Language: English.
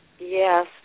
Yes